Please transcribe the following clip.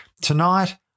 Tonight